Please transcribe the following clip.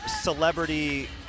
celebrity